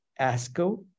ASCO